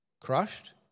Crushed